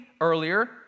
earlier